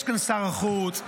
יש כאן שר החוץ,